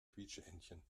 quietscheentchen